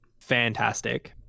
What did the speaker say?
fantastic